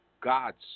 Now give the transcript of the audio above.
God's